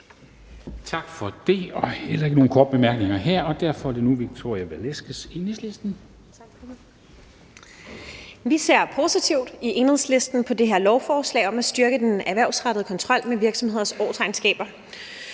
vi positivt på det her lovforslag om at styrke den erhvervsrettede kontrol med virksomheders årsregnskaber.